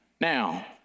Now